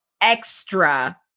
extra